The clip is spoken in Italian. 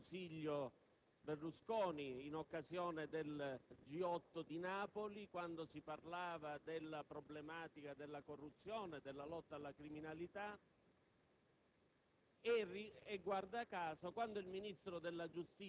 infatti l'avviso di garanzia al presidente del Consiglio Berlusconi, in occasione del G8 di Napoli, quando si parlava della problematica della corruzione e della lotta alla criminalità.